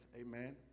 Amen